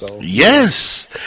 Yes